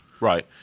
Right